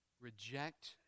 reject